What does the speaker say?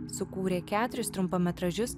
sukūrė keturis trumpametražius